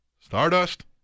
Stardust